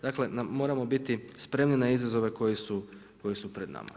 Dakle, moramo biti spremni na izazove koji su pred nama.